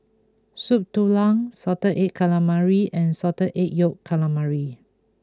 Soup Tulang Salted Egg Calamari and Salted Egg Yolk Calamari